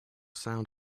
sound